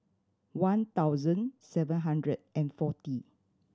one thousand seven hundred and forty